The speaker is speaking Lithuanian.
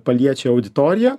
paliečia auditoriją